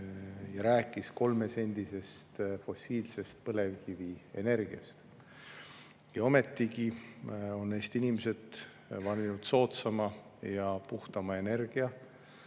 rääkis kolmesendisest fossiilsest põlevkivienergiast, lubas seda. Ometigi on Eesti inimesed valinud soodsama ja puhtama energia